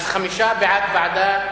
אז חמישה בעד ועדה,